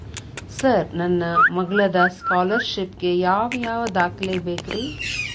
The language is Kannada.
ಸರ್ ನನ್ನ ಮಗ್ಳದ ಸ್ಕಾಲರ್ಷಿಪ್ ಗೇ ಯಾವ್ ಯಾವ ದಾಖಲೆ ಬೇಕ್ರಿ?